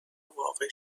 واقع